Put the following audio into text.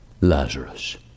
Lazarus